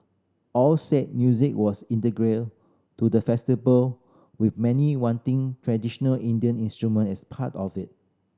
all said music was integral to the festival with many wanting traditional Indian instrument as part of it